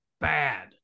bad